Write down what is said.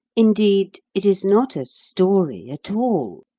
indeed, it is not a story at all,